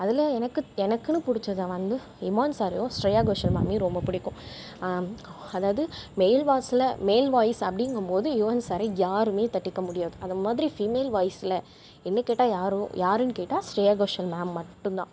அதில் எனக்கு எனக்குன்னு பிடிச்சத வந்து இமான் சாரையும் ஸ்ரேயா கோஷன் மேம்மையும் ரொம்ப பிடிக்கும் அதாவது மெயில் வாய்ஸ்ல மேல் வாய்ஸ் அப்டிங்கும்போது யுவன் சாரை யாரும் தட்டிக்க முடியாது அது மாதிரி ஃபிமேல் வாய்ஸில் என்ன கேட்டா யாரை யாருன்னு கேட்டால் ஸ்ரேயா கோஷன் மேம் மட்டுந்தான்